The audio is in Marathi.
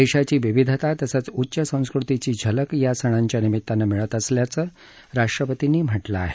देशाची विविधता तसंच उच्च संस्कृतीची झलक या सणांच्या निमित्तानं मिळत असल्याचं राष्ट्रपतीनी म्हटलं आहे